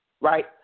right